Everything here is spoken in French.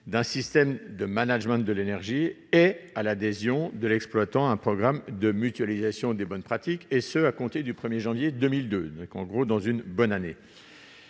d'un système de management de l'énergie et à l'adhésion de l'exploitant à un programme de mutualisation de bonnes pratiques, à compter du 1 janvier 2022. La commission propose d'aller